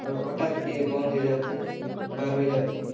ଏର ହଠାତ୍ କି ବନ୍ଦ ହେଇଯାଉଛି ବା ରହିଯାଉଛି